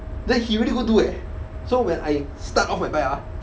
then he really go do leh so when I start off my bike ah